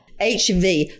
HV